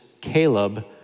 Caleb